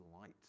light